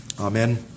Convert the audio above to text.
Amen